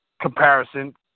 comparison